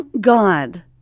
God